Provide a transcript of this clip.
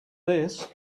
this